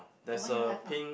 the one you have ah